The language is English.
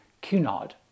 Cunard